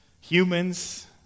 humans